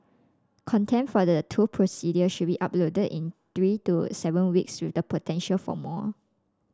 content for the two procedures should be uploaded in three to seven weeks with the potential for more